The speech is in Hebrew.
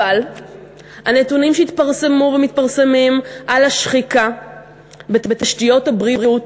אבל הנתונים שהתפרסמו ומתפרסמים על השחיקה בתשתיות הבריאות